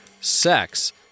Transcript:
sex